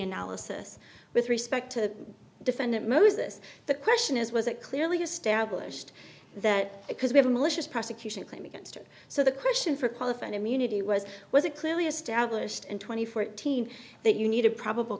analysis with respect to defendant moses the question is was it clearly established that because we have a malicious prosecution claim against her so the question for qualified immunity was was it clearly established in two thousand and fourteen that you needed probable